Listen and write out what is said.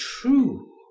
true